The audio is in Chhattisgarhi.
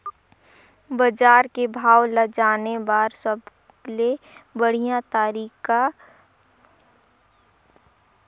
बजार के भाव ला जाने बार सबले बढ़िया तारिक साधन कोन सा हवय?